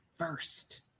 First